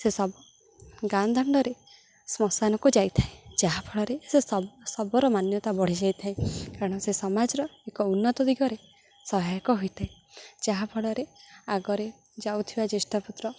ସେ ଶବ ଗାଁ ଦାଣ୍ଡରେ ଶ୍ମଶାନକୁ ଯାଇଥାଏ ଯାହାଫଳରେ ସେ ଶବ ଶବର ମାନ୍ୟତା ବଢ଼ିଯାଇଥାଏ କାରଣ ସେ ସମାଜର ଏକ ଉନ୍ନତ ଦିଗରେ ସହାୟକ ହୋଇଥାଏ ଯାହାଫଳରେ ଆଗରେ ଯାଉଥିବା ଜ୍ୟେଷ୍ଠପୁତ୍ର